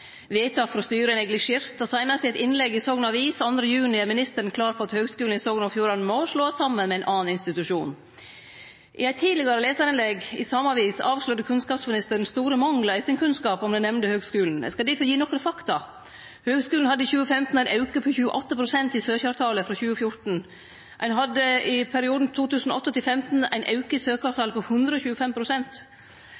Vedtak frå styret er neglisjerte, og seinast i eit innlegg i Sogn avis 2. juni er ministeren klar på at Høgskulen i Sogn og Fjordane må slåast saman med ein annan institusjon. I eit tidlegare lesarinnlegg i same avis avslørte kunnskapsministeren store manglar i kunnskapen sin om den nemnde høgskulen. Eg skal difor gi nokre fakta. Høgskulen hadde i 2015 ein auke på 28 pst. i søkjartalet frå 2014. Ein hadde i perioden 2008–2015 ein auke